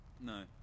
No